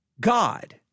god